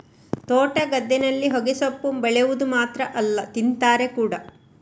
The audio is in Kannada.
ತೋಟ, ಗದ್ದೆನಲ್ಲಿ ಹೊಗೆಸೊಪ್ಪು ಬೆಳೆವುದು ಮಾತ್ರ ಅಲ್ಲ ತಿಂತಾರೆ ಕೂಡಾ